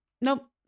Nope